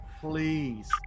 Please